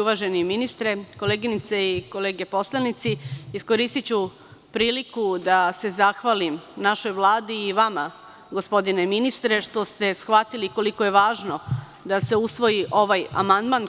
Uvaženi ministre, koleginice i kolege poslanici, iskoristiću priliku da se zahvalim našoj Vladi i vama, gospodine ministre, što ste shvatili koliko je važno da se usvoji ovaj amandman